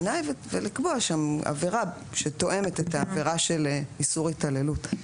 ולקבוע שם עבירה שתואמת את העבירה של איסור התעללות.